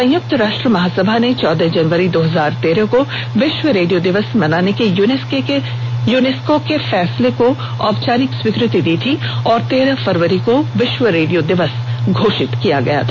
संयुक्त राष्ट्र महासभा ने चौदह जनवरी दो हजार तेरह को विश्व रेडियो दिवस मनाने के यूनेस्को के फैंसले को औपचारिक स्वीकृति दी थी और तेरह फरवरी को विश्व रेडियो दिवस घोषित किया था